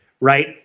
right